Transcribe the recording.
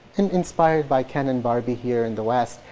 and inspired by ken and barbie here in the west,